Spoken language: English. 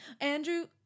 andrew